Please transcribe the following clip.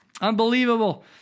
Unbelievable